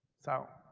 so